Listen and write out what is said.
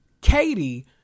Katie